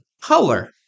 Color